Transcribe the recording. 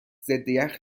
ضدیخ